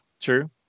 true